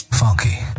funky